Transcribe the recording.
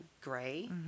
gray